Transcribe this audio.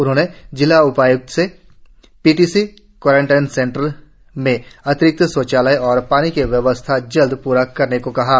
उन्होंने जिला उपाय्क्त से P T C quarantine centre में अतिरिक्त शौचालय और पानी की व्यवस्था जल्द पूरा करने को कहा है